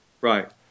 Right